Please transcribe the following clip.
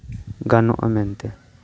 ᱜᱟᱱᱚᱜᱼᱟ ᱢᱮᱱᱛᱮ